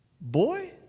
Boy